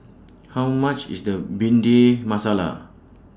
How much IS The Bhindi Masala